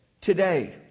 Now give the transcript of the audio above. today